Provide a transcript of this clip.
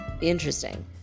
Interesting